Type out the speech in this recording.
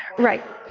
right.